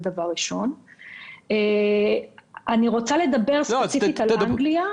אני רוצה לדבר ספציפית על אנגליה.